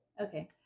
Okay